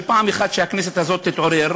שפעם אחת הכנסת הזאת תתעורר